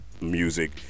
music